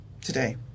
today